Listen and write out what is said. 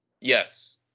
Yes